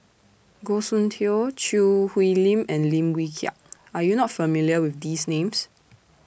Goh Soon Tioe Choo Hwee Lim and Lim Wee Kiak Are YOU not familiar with These Names